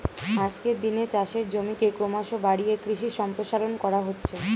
আজকের দিনে চাষের জমিকে ক্রমশ বাড়িয়ে কৃষি সম্প্রসারণ করা হচ্ছে